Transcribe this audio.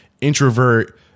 introvert